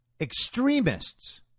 extremists